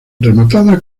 rematada